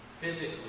physically